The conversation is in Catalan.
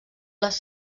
les